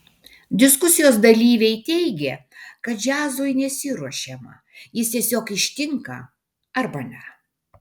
diskusijos dalyviai teigė kad džiazui nesiruošiama jis tiesiog ištinka arba ne